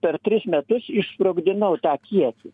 per tris metus išsprogdinau tą kiekį